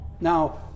Now